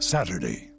Saturday